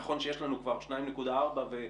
נכון שיש לנו כבר 2.4 מיליון,